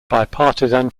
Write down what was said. bipartisan